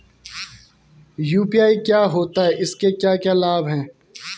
UPI क्या होता है इसके क्या क्या लाभ हैं?